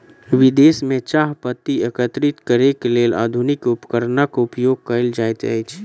विदेश में चाह पत्ती एकत्रित करैक लेल आधुनिक उपकरणक उपयोग कयल जाइत अछि